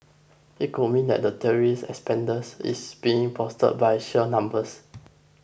it could mean that the tourist is being bolstered by sheer numbers